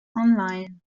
online